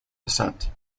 descent